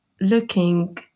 looking